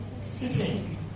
sitting